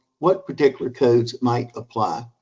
what particular codes might apply?